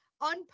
on